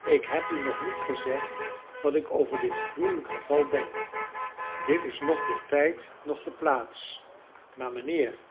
ik heb u nog niet gezegd wat ik over dit gruwelijk geval denk dit is noch de tijd noch de plaats maar mijnheer